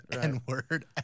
n-word